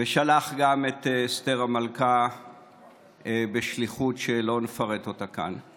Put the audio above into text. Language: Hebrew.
ושלח גם את אסתר המלכה בשליחות שלא נפרט אותה כאן.